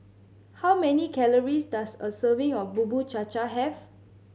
how many calories does a serving of Bubur Cha Cha have